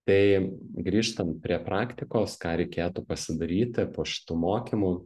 tai grįžtant prie praktikos ką reikėtų pasidaryti po šitų mokymų